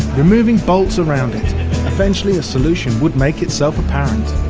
removing bolts around it eventually a solution would make itself apparent.